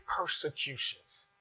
persecutions